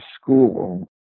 school